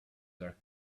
their